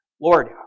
Lord